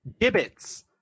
Gibbets